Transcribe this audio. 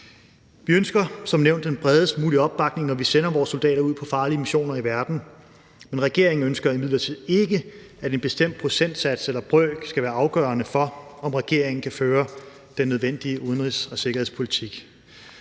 Vi ønsker som nævnt den bredest mulige opbakning, når vi sender vores soldater ud på farlige missioner i verden, men regeringen ønsker imidlertid ikke, at en bestemt procentsats eller brøk skal være afgørende for, om regeringen kan føre den nødvendige udenrigs- og sikkerhedspolitik.